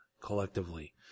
collectively